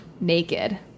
Naked